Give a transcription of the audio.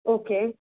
okay